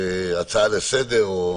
הצעה לסדר או